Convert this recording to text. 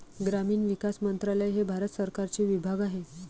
ग्रामीण विकास मंत्रालय हे भारत सरकारचे विभाग आहे